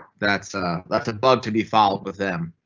that's ah that's above to be filed with them.